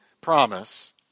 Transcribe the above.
promise